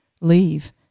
leave